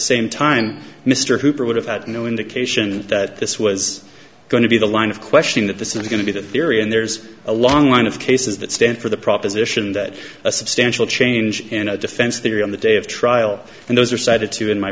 same time mr hooper would have had no indication that this was going to be the line of questioning that this is going to be the theory and there's a long line of cases that stand for the proposition that a substantial change in a defense theory on the day of trial and those are cited to in my